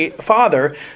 father